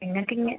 നിങ്ങൾക്ക് ഇങ്ങ്